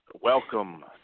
welcome